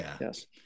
yes